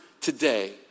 today